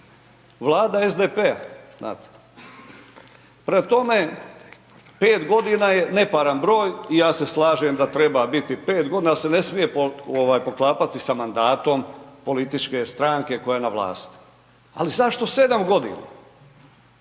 Vlada SDP-a, znate. Prema tome, 5 godina je neparan broj i ja se slažem da treba biti 5 godina, ali se ne smije poklapati sa mandatom političke stranke koja je na vlasti, ali zašto 7 godina?